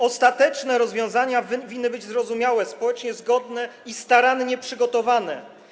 Ostateczne rozwiązania winny być zrozumiałe, społecznie zgodne i starannie przygotowane.